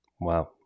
wow